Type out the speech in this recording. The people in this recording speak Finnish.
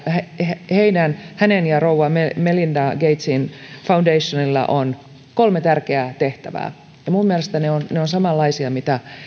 hänen ja rouva melinda gatesin foundationilla on kolme tärkeää tehtävää minun mielestäni ne ovat samanlaisia kuin